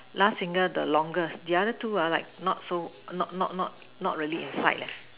last finger the longest the other two ah like not so not not not not really inside leh